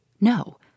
No